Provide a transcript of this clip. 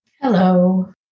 Hello